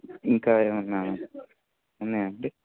ఇంకా ఏమైనా ఉన్నాయండి